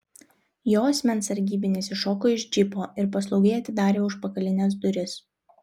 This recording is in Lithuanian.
jo asmens sargybinis iššoko iš džipo ir paslaugiai atidarė užpakalines duris